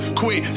quit